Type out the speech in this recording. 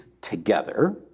together